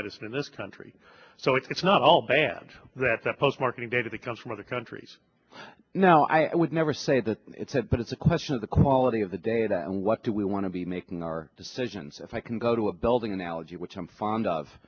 medicine in this country so it's not all bad that that post marketing data that comes from other countries now i would never say that it said but it's a question of the quality of the data and what do we want to be making our decisions if i can go to a building analogy which i'm fond of